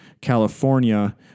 California